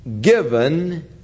given